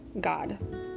God